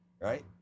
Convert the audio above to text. right